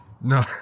No